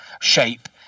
shape